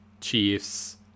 Chiefs